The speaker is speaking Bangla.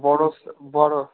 বড় স্ বড়